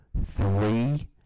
three